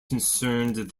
concerned